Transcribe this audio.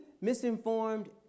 misinformed